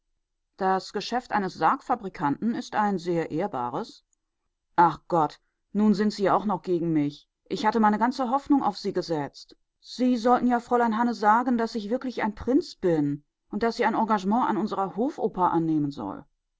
das geschäft eines sargfabrikanten ist ein sehr ehrbares ach gott nun sind sie auch noch gegen mich und ich hatte meine ganze hoffnung auf sie gesetzt sie sollten ja fräulein hanne sagen daß ich wirklich ein prinz bin und daß sie ein engagement an unserer hofoper annehmen soll